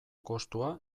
kostua